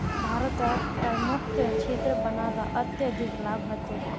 भारतक करमुक्त क्षेत्र बना ल अत्यधिक लाभ ह तोक